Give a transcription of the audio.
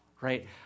Right